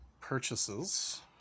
purchases